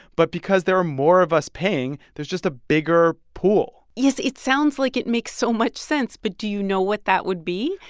but because there are more of us paying, there's just a bigger pool yes. it sounds like it makes so much sense. but do you know what that would be?